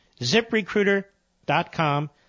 ZipRecruiter.com